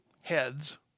heads